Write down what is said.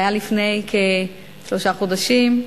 זה היה לפני כשלושה חודשים,